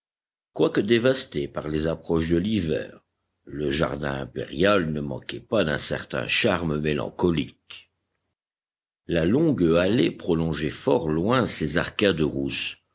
quoique dévasté par les approches de l'hiver le jardin impérial ne manquait pas d'un certain charme mélancolique la longue allée prolongeait fort loin ses arcades rousses